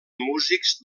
músics